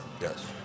Yes